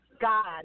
God